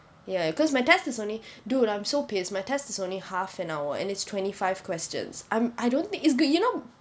ya because my test is only dude I'm so pissed my test is only half an hour and its twenty five questions I'm I don't think is good you know